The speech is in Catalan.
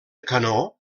canó